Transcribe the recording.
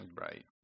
Right